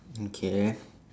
okay